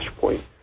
flashpoint